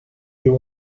you